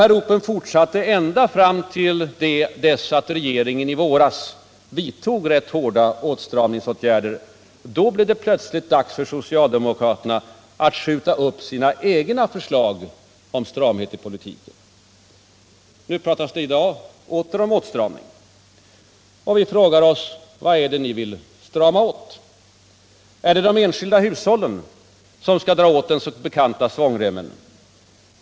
Ropen fortsatte ända till dess att regeringen i våras vidtog hårda åtstramningsåtgärder. Då blev det plötsligt dags för socialdemokraterna att skjuta upp sina egna förslag i det hänseendet. Nu pratas det åter om åtstramning. Och vi frågar oss: Vad är det ni vill strama åt? Är det de enskilda hushållen som skall dra åt den bekanta svångremmen?